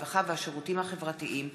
הרווחה והשירותים החברתיים,